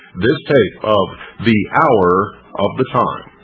this tape of the hour of the time.